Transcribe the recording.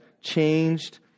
changed